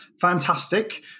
fantastic